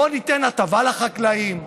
בוא ניתן הטבה לחקלאים,